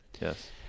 Yes